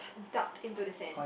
dug into the sand